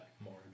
more